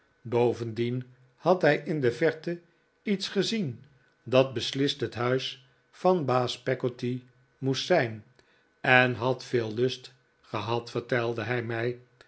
bovendien had hij in de verte iets gezien dat beslist het huis van baas peggotty moest zijn en had veel lust gehad vertelde hij mij